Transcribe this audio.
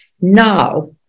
Now